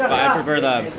i prefer the,